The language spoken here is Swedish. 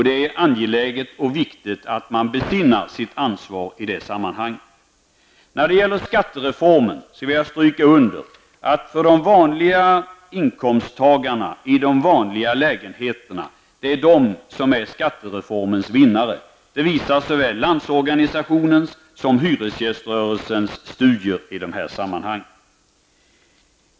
Det är angeläget och viktigt att de besinnar sitt ansvar i det sammanhanget. När det gäller skattereformen vill jag understryka att det är de vanliga inkomsttagarna i de vanliga lägenheterna som är skattereformens vinnare. Det visar såväl Landsorganisationens som hyresgäströrelsens studier i detta sammanhang.